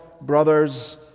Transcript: brothers